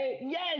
Yes